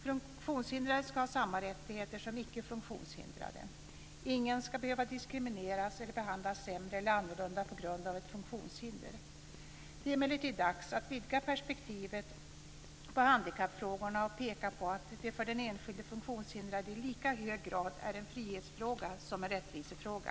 Funktionshindrade ska ha samma rättigheter som icke funktionshindrade. Ingen ska behöva diskrimineras eller behandlas sämre eller annorlunda på grund av ett funktionshinder. Det är emellertid dags att vidga perspektivet på handikappfrågorna och peka på att det för den enskilde funktionshindrade i lika hög grad är en frihetsfråga som en rättvisefråga.